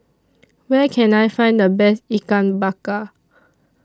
Where Can I Find The Best Ikan Bakar